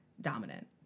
dominant